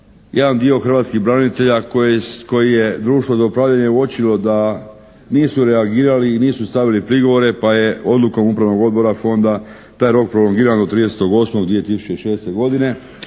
jedan dio hrvatskih branitelja koji je društvo za upravljanje uočilo da nisu reagirali i nisu stavili prigovore pa je odlukom upravnog odbora fonda taj rok prolongiran od 30.8.2006. godine